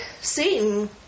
Satan